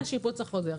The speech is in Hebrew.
וגם השיפוץ החוזר.